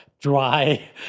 dry